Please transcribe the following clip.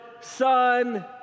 son